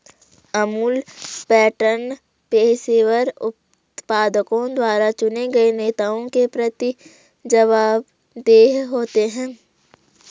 Amul pattern पेशेवर उत्पादकों द्वारा चुने गए नेताओं के प्रति जवाबदेह होते हैं